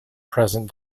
present